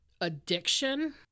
addiction